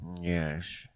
Yes